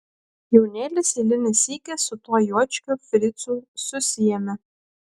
jaunėlis eilinį sykį su tuo juočkiu fricu susiėmė